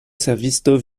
servisto